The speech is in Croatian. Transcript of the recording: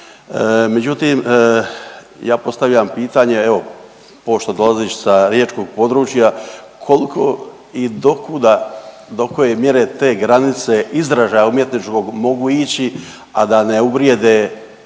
Međutim, ja postavljam pitanje evo pošto dolaziš sa riječkog područja koliko i dokuda, do koje mjere te granice izražaja umjetničkoga mogu ići, a da ne uvrijede